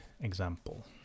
example